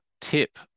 tip